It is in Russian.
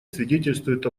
свидетельствует